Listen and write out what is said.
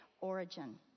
origin